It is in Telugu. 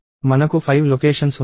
మనకు 5 లొకేషన్స్ ఉన్నాయి